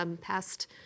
past